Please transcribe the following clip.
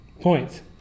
points